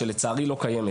שלצערי לא קיימת.